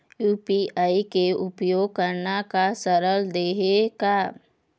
UPI के उपयोग करना का सरल देहें का?